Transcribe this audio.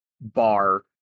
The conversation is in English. bar